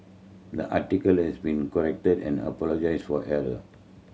the article has been corrected and apologise for error